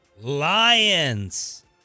Lions